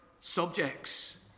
subjects